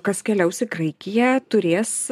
kas keliaus į graikiją turės